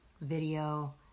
video